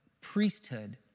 priesthood